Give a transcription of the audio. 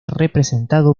representado